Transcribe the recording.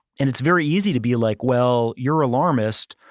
and it's very easy to be like, well, you're alarmist.